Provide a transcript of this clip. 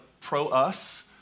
pro-us